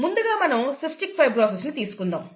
ముందుగా మనం cystic fibrosis ని తీసుకుందాం